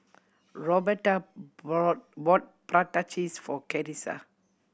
Roberta brought prata cheese for Carissa